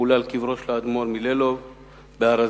חולל קברו של האדמו"ר מלעלוב בהר-הזיתים.